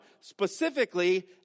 specifically